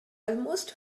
almost